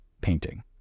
painting